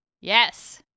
Yes